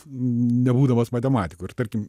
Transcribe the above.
nebūdamas matematiku ir tarkim